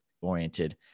oriented